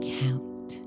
count